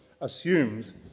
assumes